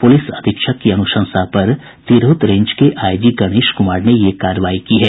police अधीक्षक की अनुशंसा पर तिरहुत रेंज के आईजी गणेश कुमार ने ये कार्रवाई की है